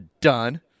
Done